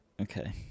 Okay